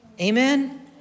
Amen